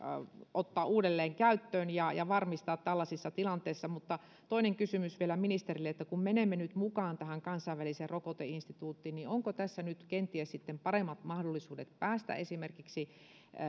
ottaa uudelleen käyttöön ja ja varmistaa tällaisissa tilanteissa toinen kysymys vielä ministerille kun menemme nyt mukaan tähän kansainväliseen rokoteinstituuttiin niin onko tässä nyt kenties sitten paremmat mahdollisuudet päästä esimerkiksi